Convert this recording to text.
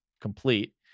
complete